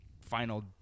final